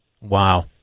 Wow